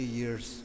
years